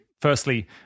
firstly